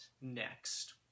next